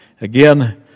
Again